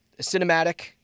cinematic